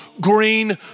green